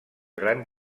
gran